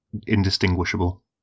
indistinguishable